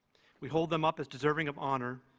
we hold them up as deserving of honor,